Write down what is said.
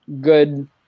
good